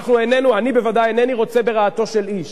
אנחנו איננו, אני ודאי איני רוצה ברעתו של איש.